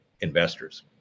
investors